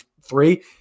three